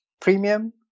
Premium